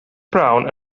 brown